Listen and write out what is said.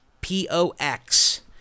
P-O-X